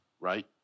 Right